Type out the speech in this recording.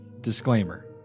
disclaimer